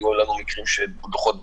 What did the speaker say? היו מקרים שדוחות בוטלו.